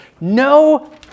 No